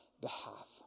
behalf